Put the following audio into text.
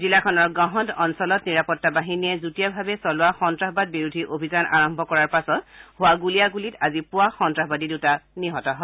জিলাখনৰ গহন্দ অঞ্চলত নিৰাপত্তা বাহিনীয়ে যুটীয়াভাৱে চলোৱা সন্তাসবাদ বিৰোধী অভিযান আৰম্ভ কৰাৰ পাছত হোৱা গুলিয়াগুলীত আজি পুৱা সন্ত্ৰাসবাদী দুটা নিহত হয়